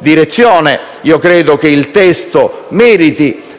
direzione credo che il testo meriti